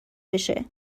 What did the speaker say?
بشه